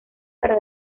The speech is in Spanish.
para